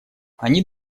они